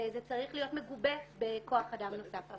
וזה צריך להיות מגובה בכוח אדם נוסף.